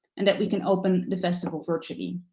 and that we can open the festival virtually.